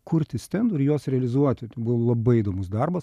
kurti stendų ir juos realizuoti labai įdomus darbas